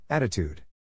Attitude